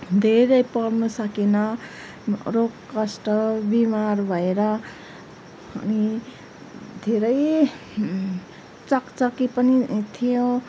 धेरै पढ्न सकिनँ रोग कष्ट बिमार भएर अनि धेरै चकचकी पनि थियो